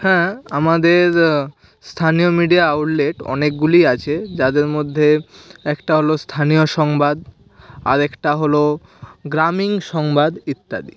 হ্যাঁ আমাদের স্থানীয় মিডিয়া আউটলেট অনেকগুলি আছে যাদের মধ্যে একটা হলো স্থানীয় সংবাদ আরেকটা হলো গ্রামীণ সংবাদ ইত্যাদি